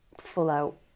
full-out